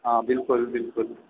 हँ बिल्कुल बिल्कुल